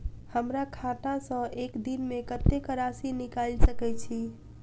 हमरा खाता सऽ एक दिन मे कतेक राशि निकाइल सकै छी